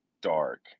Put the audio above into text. dark